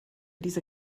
diese